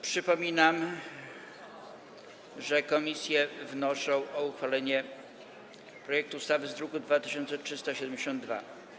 Przypominam, że komisje wnoszą o uchwalenie projektu ustawy z druku nr 2372.